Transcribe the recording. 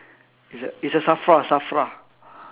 it's at it's a SAFRA SAFRA